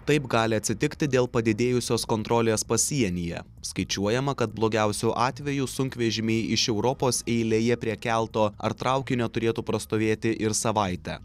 taip gali atsitikti dėl padidėjusios kontrolės pasienyje skaičiuojama kad blogiausiu atveju sunkvežimiai iš europos eilėje prie kelto ar traukinio turėtų prastovėti ir savaitę